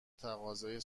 تقاضای